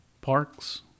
Parks